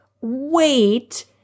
wait